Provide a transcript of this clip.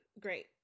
great